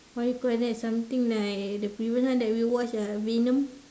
what you call that something like the previous one that we watch uh Venom